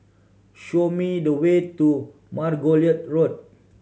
show me the way to Margoliouth Road